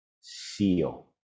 seal